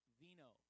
vino